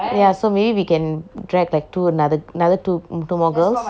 ya so maybe we can drag like two another another two two more girls